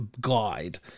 Guide